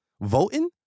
Voting